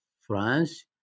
France